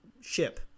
ship